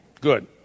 Good